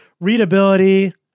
readability